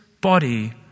body